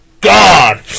God